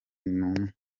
numwe